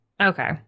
okay